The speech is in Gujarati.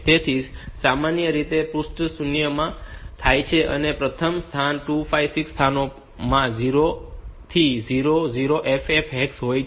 તેથી તે સામાન્ય રીતે પૃષ્ઠ શૂન્યમાં સ્થિત હોય છે જે પ્રથમ 256 સ્થાનોમાં 0 થી 00FF હેક્સ હોય છે